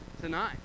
tonight